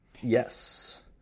Yes